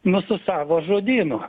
nu su savo žodynu